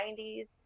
90s